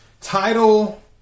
Title